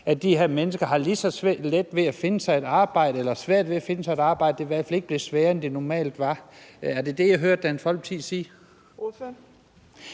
at de her mennesker har lige så svært ved at finde sig et arbejde, og at det i hvert fald ikke er blevet sværere, end det normalt har været. Er det det, jeg hører Dansk Folkeparti sige?